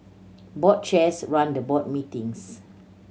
board chairs run the board meetings